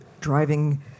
driving